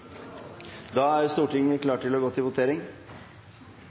Da er Stortinget klar til å gå til votering.